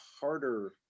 harder